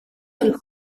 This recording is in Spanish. del